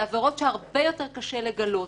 הן עבירות שהרבה יותר קשה לגלות,